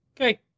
Okay